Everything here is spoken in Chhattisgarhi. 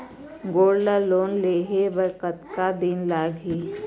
गोल्ड लोन लेहे बर कतका दिन लगही?